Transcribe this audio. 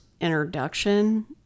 introduction